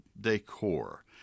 decor